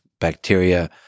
bacteria